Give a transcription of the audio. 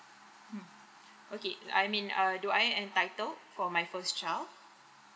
mm okay I mean err do I entitled for my first child